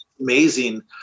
amazing